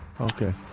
okay